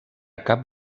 cap